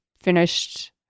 finished